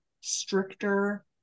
stricter